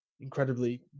incredibly